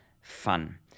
fun